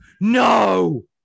No